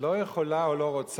לא יכולה או לא רוצה,